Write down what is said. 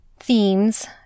themes